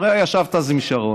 הרי ישבת אז עם שרון.